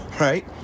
right